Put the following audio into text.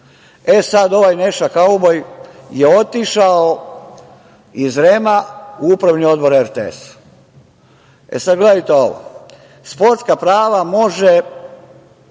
E, sada ovaj Neša kauboj je otišao iz REM-a u Upravni odbor RTS-a. Sada gledajte ovo. Sportska prava može